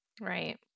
Right